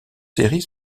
série